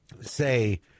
Say